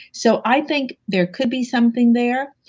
so, i think there could be something there.